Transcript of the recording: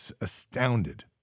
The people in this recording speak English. astounded